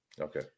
Okay